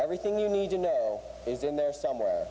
everything you need to know is in there somewhere